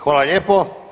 Hvala lijepo.